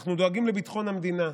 אנחנו דואגים לביטחון המדינה,